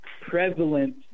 prevalent